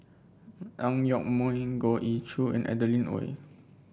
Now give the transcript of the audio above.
Ang Yoke Mooi Goh Ee Choo and Adeline Ooi